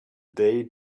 day